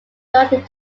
directed